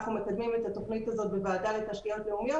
ואנחנו מקדמים את התוכנית הזאת בוועדה לתשתיות לאומיות.